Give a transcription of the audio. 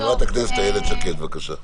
חברת הכנסת איילת שקד, בבקשה.